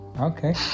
Okay